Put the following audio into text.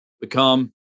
become